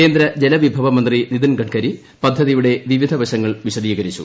കേന്ദ്ര ജലവിഭവ മന്ത്രി നിതിൻ ഗഡ്കരി പദ്ധതിയുടെ വിവിധ വശങ്ങൾ വിശദീകരിച്ചു